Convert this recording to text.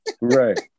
Right